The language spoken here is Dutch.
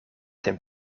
zijn